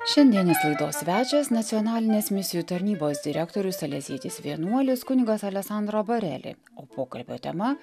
šiandienės laidos svečias nacionalinės misijų tarnybos direktorius salezietis vienuolis kunigas aleksandro bareli o pokalbio tema